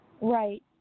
right